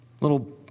Little